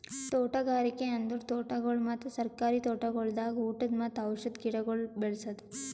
ತೋಟಗಾರಿಕೆ ಅಂದುರ್ ತೋಟಗೊಳ್ ಮತ್ತ ಸರ್ಕಾರಿ ತೋಟಗೊಳ್ದಾಗ್ ಊಟದ್ ಮತ್ತ ಔಷಧ್ ಗಿಡಗೊಳ್ ಬೆ ಳಸದ್